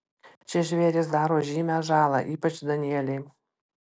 čia žvėrys daro žymią žalą ypač danieliai